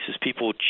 people